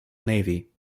navy